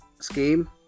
scheme